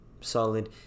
solid